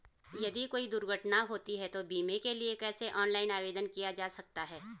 यदि कोई दुर्घटना होती है तो बीमे के लिए कैसे ऑनलाइन आवेदन किया जा सकता है?